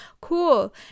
Cool